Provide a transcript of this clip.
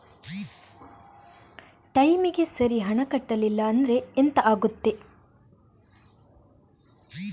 ಟೈಮಿಗೆ ಸರಿ ಹಣ ಕಟ್ಟಲಿಲ್ಲ ಅಂದ್ರೆ ಎಂಥ ಆಗುತ್ತೆ?